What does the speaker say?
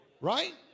Right